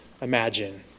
imagine